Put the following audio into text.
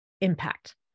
impact